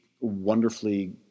wonderfully